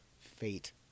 fate